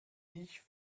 ich